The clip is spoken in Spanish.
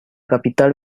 capital